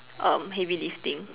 um heavy lifting